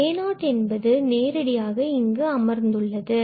an என்பது நேரடியாக இங்கு அமர்ந்துள்ளது